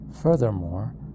Furthermore